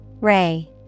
Ray